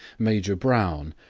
major brown,